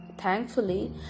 Thankfully